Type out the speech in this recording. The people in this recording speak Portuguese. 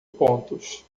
pontos